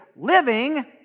Living